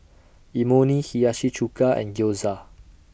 Imoni Hiyashi Chuka and Gyoza